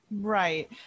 Right